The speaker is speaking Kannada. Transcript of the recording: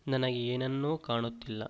ನನಗೆ ಏನನ್ನೂ ಕಾಣುತ್ತಿಲ್ಲ